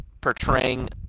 portraying